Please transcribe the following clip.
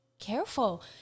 careful